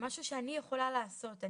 משהו שאני יכולה לעשות.